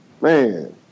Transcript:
man